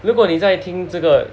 如果你在听这个